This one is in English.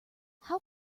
how